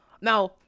Now